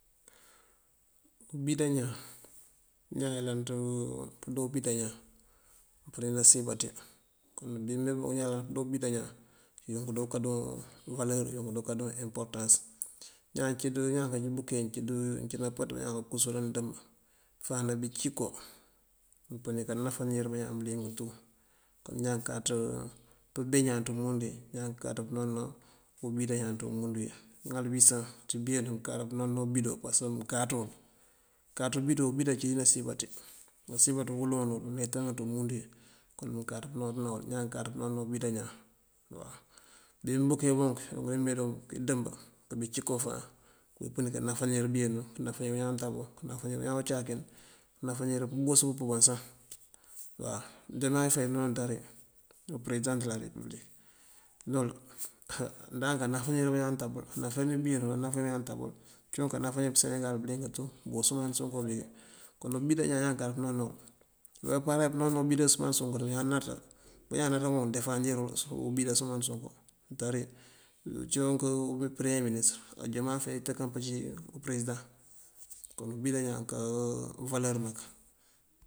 Ubida ñaan, ñaan yëláanţ pëdo ubida ñaan. Umpën wí nasiyën baţí kon bí me buŋ ñaan dooţ ubida ñaan yunk dí ukaduŋ waloor yuŋ dí ukaduŋ importans. Ñaan kabúke nëcí napaţ bañaan kakusul anú dëmb fáan nëbú cíko nëpëní kanáfánir bëñaan bëliyëŋ tú. Ñaan káaţ pëbe ñaan ţí umundu wí ñaan káaţ pënoonţëna ñaan ţí umundu wí. ŋal wí sá ţí bëyeenu mënkáaţ ubidoo pasëk mënkáaţ wël, mënkáaţ ubidoo ubida cí wí nasiyën baţí. Nasiyën baţí wulúun wul yetanúu ţí umundu wí kon mënkáaţ pënoonţëna wul, ñaan káaţ pënoonţëna ubida ñaan waw. Bí mbúkee buŋ bime buŋ yuŋ dí meduŋ idëmb këbíi cíko fáan këbí pëni kanáfánir bëyeenu kënáfánir bañaan untabu, kënáfánir bañaan acáakind, kënáfánir pëboos pëpëban sá waw. Joomay fay núnuŋ nëţari upëresidan dolaa repibëlik nul ndank anáfánir bañaan untabul, anáfánir bëyeenul, aná náfánir bañaan untabul, cúunk kanáfánir senegal bëliyëŋ tú, bí usëman sonko bíkí. Kon ubida ñaan, ñaan káaţ pënoonţëna wul. Wí bá paráar wí pënoonţëna ubida usëman sonko á bañaan náţa. Bañaan náţa búkuŋ defandirul ubida usëman sonko ţari cíwuŋ përoome minisëtër. Á joomay fay ţënkaŋ pëcí përesidaŋ, kon ubida ñaan ká waloor mak.